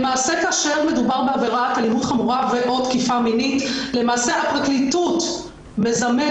כאשר מדובר בעבירת אלימות חמורה ו/או תקיפה מינית הפרקליטות מזמנת,